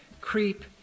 creep